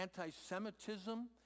anti-Semitism